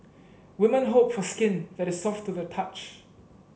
woman hope for skin that is soft to the touch